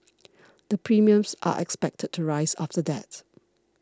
the premiums are expected to rise after that